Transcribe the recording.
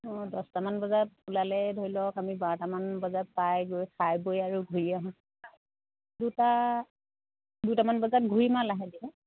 অঁ দহটামান বজাত ওলালে ধৰি লওক আমি বাৰটামান বজাত পাইগৈ খাই বৈ আৰু ঘূৰি আহোঁতে দুটা দুটামান বজাত ঘূৰিম আৰু লাহে ধীৰে